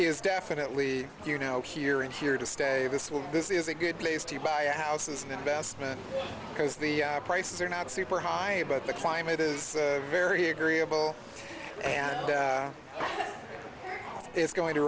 is definitely you know here and here to stay this will this is a good place to buy houses and investment because the prices are not super high but the climate is very agreeable and it's going to